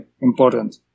important